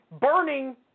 burning